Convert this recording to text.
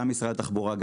גם עם משרד התחבורה,